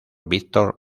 victor